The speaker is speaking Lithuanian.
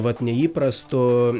vat neįprastu